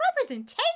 representation